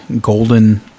golden